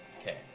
Okay